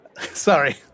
Sorry